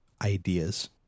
ideas